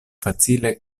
facile